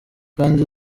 kandi